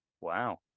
Wow